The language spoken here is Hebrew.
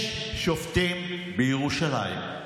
יש שופטים בירושלים.